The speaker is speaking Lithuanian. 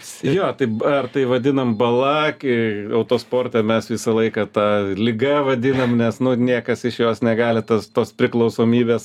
jo taip ar tai vadinam bala kai autosporte mes visą laiką ta liga vadinam nes nu niekas iš jos negali tas tos priklausomybės